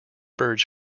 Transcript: birds